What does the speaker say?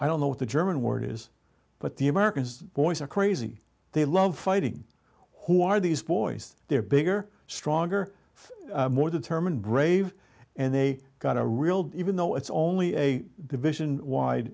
i don't know what the german word is but the americans boys are crazy they love fighting who are these boys they're bigger stronger more determined brave and they got a real even though it's only a division wide